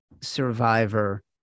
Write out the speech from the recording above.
survivor